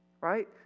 right